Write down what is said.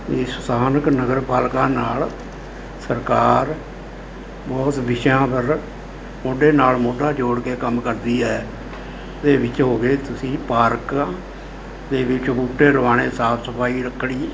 ਇਸ ਸਥਾਨਕ ਨਗਰਪਾਲਿਕਾ ਨਾਲ ਸਰਕਾਰ ਉਸ ਵਿਸ਼ਿਆਂ ਪਰ ਮੋਢੇ ਨਾਲ ਮੋਢਾ ਜੋੜ ਕੇ ਕੰਮ ਕਰਦੀ ਹੈ ਅਤੇ ਵਿੱਚ ਹੋ ਗਏ ਤੁਸੀਂ ਪਾਰਕਾਂ ਦੇ ਵਿੱਚ ਬੂਟੇ ਲਗਵਾਉਣੇ ਸਾਫ਼ ਸਫਾਈ ਰੱਖਣੀ